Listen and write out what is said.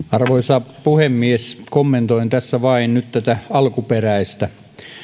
arvoisa puhemies kommentoin tässä vain nyt tätä alkuperäistä